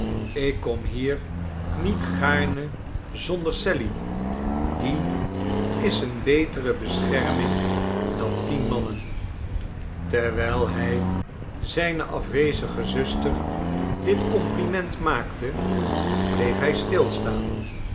ik kom hier niet gaarne zonder sally die is eene betere bescherming dan tien mannen terwijl hij zijne afwezige zuster dit compliment maakte bleef hij stilstaan